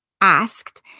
asked